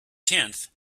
tenth